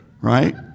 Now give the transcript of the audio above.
right